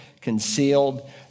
concealed